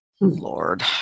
Lord